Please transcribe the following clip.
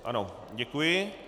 Ano, děkuji.